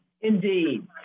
Indeed